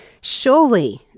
Surely